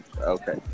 okay